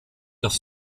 das